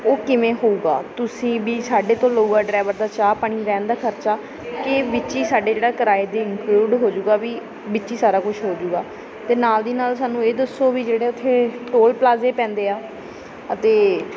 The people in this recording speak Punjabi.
ਉਹ ਕਿਵੇਂ ਹੋਊਗਾ ਤੁਸੀਂ ਵੀ ਸਾਡੇ ਤੋਂ ਲਊਗਾ ਡਰਾਈਵਰ ਦਾ ਚਾਹ ਪਾਣੀ ਰਹਿਣ ਦਾ ਖਰਚਾ ਕਿ ਵਿੱਚ ਹੀ ਸਾਡੇ ਜਿਹੜਾ ਕਿਰਾਏ ਦੇ ਇੰਕਲੂਡ ਹੋ ਜਾਊਗਾ ਵੀ ਵਿੱਚ ਹੀ ਸਾਰਾ ਕੁਛ ਹੋਜੂਗਾ ਅਤੇ ਨਾਲ ਦੀ ਨਾਲ ਸਾਨੂੰ ਇਹ ਦੱਸੋ ਵੀ ਜਿਹੜੇ ਉੱਥੇ ਟੋਲ ਪਲਾਜ਼ੇ ਪੈਂਦੇ ਆ ਅਤੇ